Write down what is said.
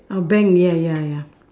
oh bank ya ya ya